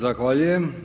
Zahvaljujem.